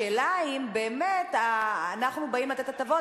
השאלה היא אם באמת אנחנו באים לתת הטבות